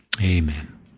amen